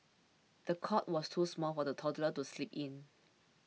the cot was too small for the toddler to sleep in